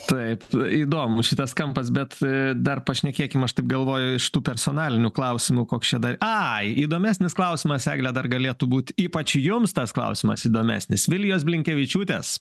taip įdomu šitas kampas bet dar pašnekėkim aš taip galvoju iš tų personalinių klausimų koks čia dar ai įdomesnis klausimas egle dar galėtų būt ypač jums tas klausimas įdomesnis vilijos blinkevičiūtės